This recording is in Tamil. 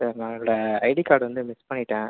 சார் நான் என்னோடய ஐடி கார்டு வந்து மிஸ் பண்ணிவிட்டேன்